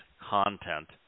content